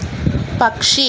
പക്ഷി